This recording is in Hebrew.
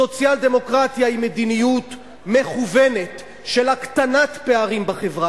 סוציאל-דמוקרטיה היא מדיניות מכוונת של הקטנת פערים בחברה,